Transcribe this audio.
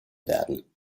werden